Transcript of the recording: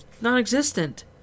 non-existent